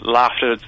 laughter